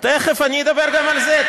תכף אני אדבר גם על זה.